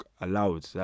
allowed